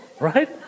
Right